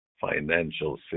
financial